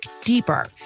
deeper